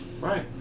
Right